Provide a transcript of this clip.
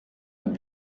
ein